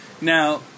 Now